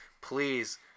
Please